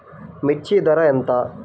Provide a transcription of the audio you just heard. మిర్చి ధర ఎంత?